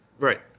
Right